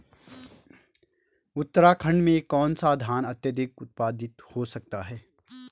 उत्तराखंड में कौन सा धान अत्याधिक उत्पादित हो सकता है?